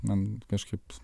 man kažkaip